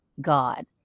God